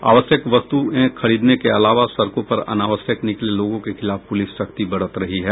आवश्यक वस्तुएं खरीदने के अलावा सड़कों पर अनावश्यक निकले लोगों के खिलाफ पुलिस सख्ती बरत रही है